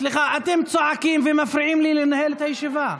סליחה, אתם צועקים ומפריעים לי לנהל את הישיבה.